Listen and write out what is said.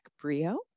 Brio